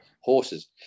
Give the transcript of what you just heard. horses